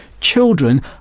Children